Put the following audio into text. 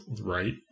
right